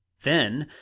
then,